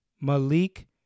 Malik